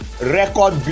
record